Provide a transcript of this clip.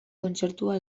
kontzertua